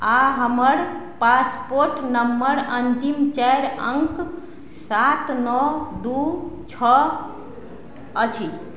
आओर हमर passport number अन्तिम चारि अङ्क सात नओ दू छओ अछि